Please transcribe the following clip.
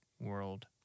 world